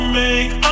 make